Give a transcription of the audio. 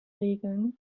regeln